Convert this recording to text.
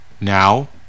Now